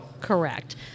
Correct